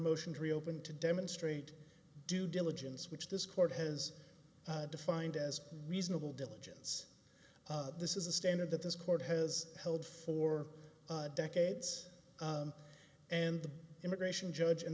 motion to reopen to demonstrate due diligence which this court has defined as reasonable diligence this is a standard that this court has held for decades and the immigration judge